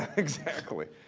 exactly.